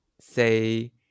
say